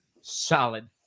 Solid